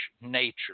nature